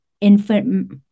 infant